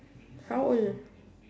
how old